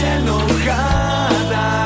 enojada